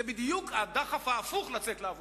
זה בדיוק הדחף ההפוך ליציאה לעבודה.